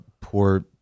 poor